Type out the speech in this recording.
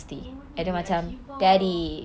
oh ni dia archie bald